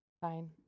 Fine